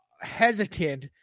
hesitant